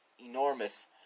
enormous